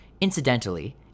Incidentally